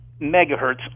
megahertz